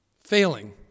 failing